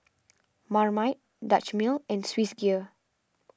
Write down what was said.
Marmite Dutch Mill and Swissgear